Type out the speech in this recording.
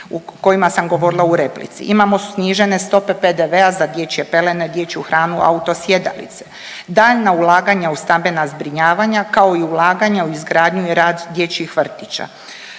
o kojima sam govorila u replici, imamo snižene stope PDV-a za dječje pelene, dječju hranu, auto sjedalice, daljnja ulaganja u stambena zbrinjavanja, kao i ulaganja u izgradnju i rad dječjih vrtića.